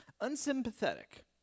unsympathetic